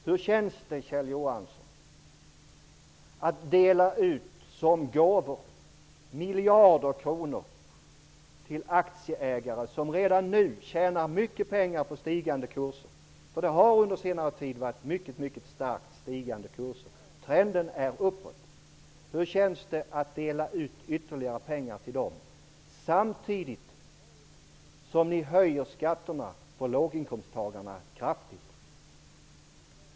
Hur känns det, Kjell Johansson, att som gåvor dela ut miljarder kronor till aktieägare som redan nu tjänar mycket pengar på stigande kurser? Det har under senare tid varit mycket starkt stigande kurser. Trenden går uppåt. Hur känns det att dela ut ytterligare pengar till dem samtidigt som ni kraftigt höjer skatterna för låginkomsttagarna?